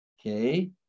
Okay